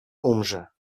umrze